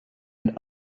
and